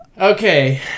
Okay